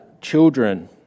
children